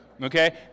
Okay